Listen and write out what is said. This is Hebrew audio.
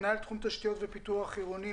מנהל תחום תשתיות ופיתוח עירוני,